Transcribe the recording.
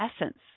essence